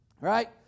Right